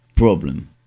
Problem